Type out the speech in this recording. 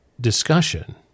discussion